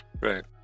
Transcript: Right